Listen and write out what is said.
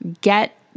Get